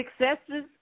successes